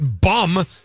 bum